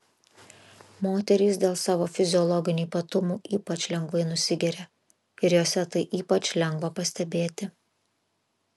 moterys dėl savo fiziologinių ypatumų ypač lengvai nusigeria ir jose tai ypač lengva pastebėti